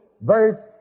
verse